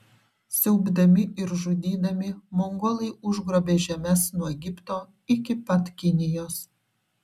siaubdami ir žudydami mongolai užgrobė žemes nuo egipto iki pat kinijos